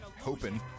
hoping